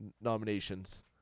nominations